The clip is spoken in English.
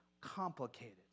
complicated